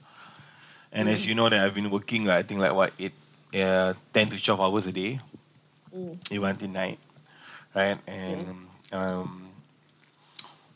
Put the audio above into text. and as you know that I've been working like I think like what eight uh ten to twelve hours a day eight until nine right and um